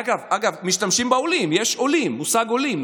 אגב, משתמשים בעולים, יש המושג עולים.